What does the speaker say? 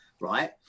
right